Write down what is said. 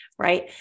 Right